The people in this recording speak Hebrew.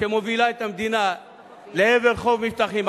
שמובילה את המדינה לעבר חוף מבטחים,